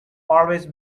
always